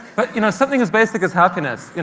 but you know something as basic as happiness,